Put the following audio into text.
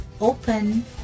open